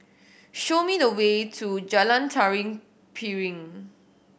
show me the way to Jalan Tari Piring